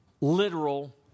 literal